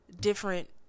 different